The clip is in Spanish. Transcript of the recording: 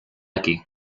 aquí